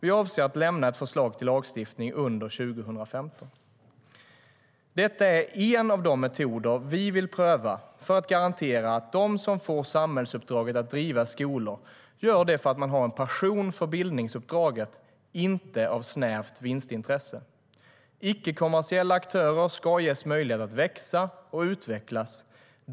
Vi avser att lämna ett förslag till lagstiftning under 2015.Detta är en av de metoder vi vill pröva för att garantera att de som får samhällsuppdraget att driva skolor gör det för att de har en passion för bildningsuppdraget, inte av snävt vinstintresse. Icke-kommersiella aktörer ska ges möjlighet att växa och utvecklas.